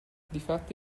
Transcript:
difatti